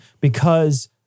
because-